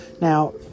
Now